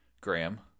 Graham